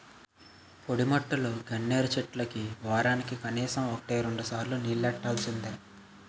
పొడిమట్టిలో గన్నేరు చెట్లకి వోరానికి కనీసం వోటి రెండుసార్లు నీల్లెట్టాల్సిందే